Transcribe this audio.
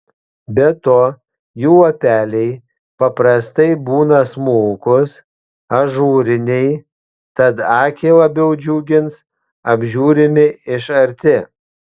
be to jų lapeliai paprastai būna smulkūs ažūriniai tad akį labiau džiugins apžiūrimi iš arti